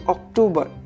October